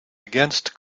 against